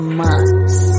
months